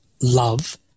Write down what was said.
love